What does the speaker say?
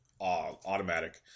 automatic